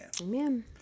Amen